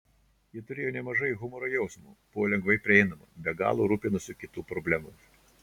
ji turėjo nemažai humoro jausmo buvo lengvai prieinama be galo rūpinosi kitų problemomis